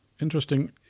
Interesting